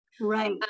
Right